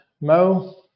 Mo